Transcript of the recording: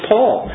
Paul